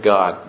God